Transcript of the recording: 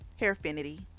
Hairfinity